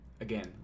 Again